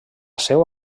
seu